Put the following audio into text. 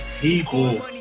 people